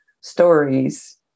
stories